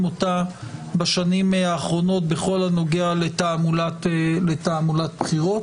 אותה בשנים האחרונות בכל הנוגע לתעמולת בחירות.